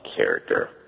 character